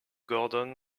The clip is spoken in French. gordon